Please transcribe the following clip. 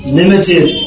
limited